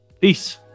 Peace